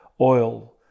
oil